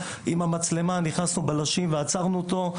עם המצלמה נכנסנו בלשים ועצרנו אותו,